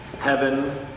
heaven